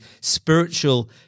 spiritual